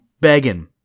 begging